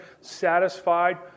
satisfied